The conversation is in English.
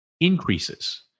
increases